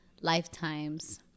lifetimes